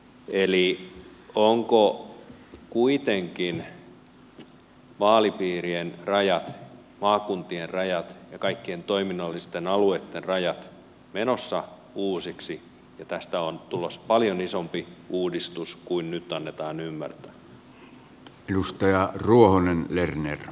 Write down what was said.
eli ovatko kuitenkin vaalipiirien rajat maakuntien rajat ja kaikkien toiminnallisten alueitten rajat menossa uusiksi ja tästä on tulossa paljon isompi uudistus kuin nyt annetaan ymmärtää